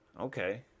Okay